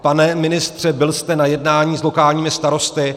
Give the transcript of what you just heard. Pane ministře, byl jste na jednání s lokálními starosty.